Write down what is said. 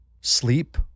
sleep